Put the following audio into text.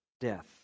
death